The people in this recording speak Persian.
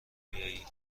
بیایی